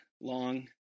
Long